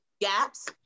gaps